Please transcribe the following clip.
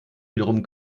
wiederum